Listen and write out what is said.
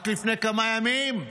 רק לפני כמה ימים,